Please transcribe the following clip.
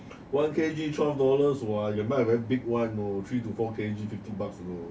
one K_G twelve dollars what can buy a very big one you know three to four K_G fifty bucks you know